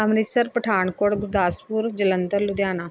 Amritsar Pathankot Gurdaspur Jalandhar Ludhiana